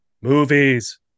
Movies